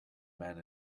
men